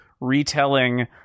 retelling